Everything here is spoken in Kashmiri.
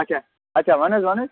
اَچھا اَچھا وَن حظ وَن حظ